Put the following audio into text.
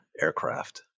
aircraft